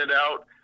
out